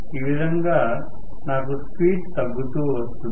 ఈ విధంగా నాకు స్పీడ్ తగ్గుతూ వస్తుంది